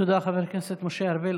תודה, חבר הכנסת משה ארבל.